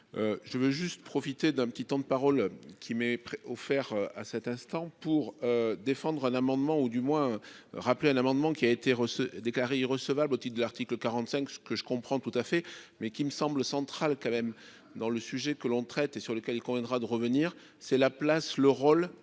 Je veux juste profiter d'un petit temps de parole qui m'est offert à cet instant pour défendre un amendement ou du moins rappeler un amendement qui a été déclarée irrecevable au titre de l'article 45. Ce que je comprends tout à fait mais qui me semble centrale quand même dans le sujet que l'on traite et sur lequel il conviendra de revenir. C'est la place le rôle des